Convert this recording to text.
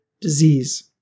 disease